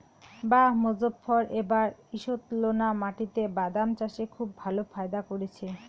বাঃ মোজফ্ফর এবার ঈষৎলোনা মাটিতে বাদাম চাষে খুব ভালো ফায়দা করেছে